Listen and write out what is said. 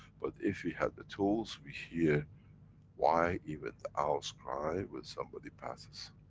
but if we had the tools, we hear why even the owls cry when somebody passes.